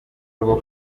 rwo